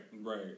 right